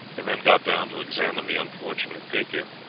and then got down to examine the unfortunate fakir.